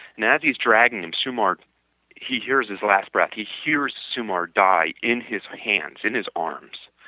and as he is dragging him sumar he hears his last breath, he hears sumar die in his hands, in his arms